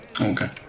Okay